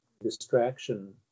distraction